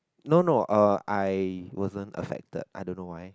no no uh I wasn't affected I don't know why